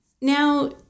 now